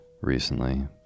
Recently